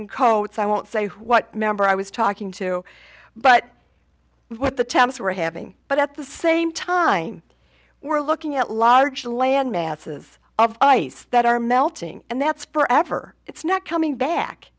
in coats i won't say what member i was talking to but what the temps were having but at the same time we're looking at large land masses of ice that are melting and that's for ever it's not coming back